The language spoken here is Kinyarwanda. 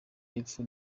y’epfo